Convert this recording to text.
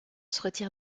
retire